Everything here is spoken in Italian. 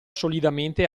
solidamente